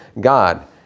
God